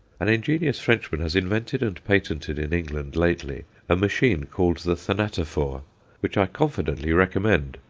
an ingenious frenchman has invented and patented in england lately a machine called the thanatophore, which i confidently recommend.